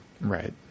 right